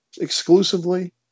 Exclusively